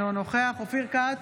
אינו נוכח אופיר כץ,